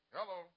Hello